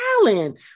alan